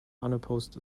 unopposed